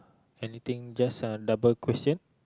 anything just uh double question